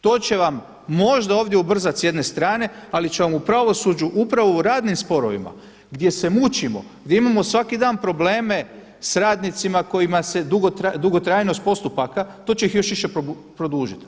To će vam možda ovdje ubrzati s jedne strane, ali će vam u pravosuđu upravo u radnim sporovima gdje se mučimo, gdje imamo svaki dan probleme s radnicima kojima je dugotrajnost postupaka, to će ih još više produžiti.